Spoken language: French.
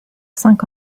cinq